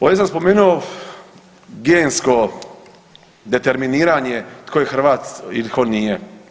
Ovdje sam spomenuo gensko determiniranje tko je Hrvat ili tko nije.